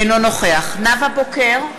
אינו נוכח נאוה בוקר,